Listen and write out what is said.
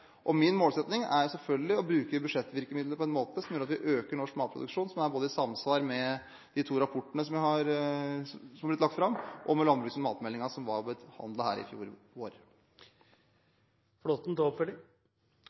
Min målsetting er selvfølgelig å bruke budsjettvirkemidlene på en måte som gjør at vi øker norsk matproduksjon, og som både er i samsvar med de to rapportene som er blitt lagt fram, og med landbruks- og matmeldingen som ble behandlet her i fjor vår. Av og til